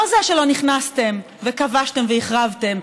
לא זה שלא נכנסתם וכבשתם והחרבתם,